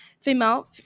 Female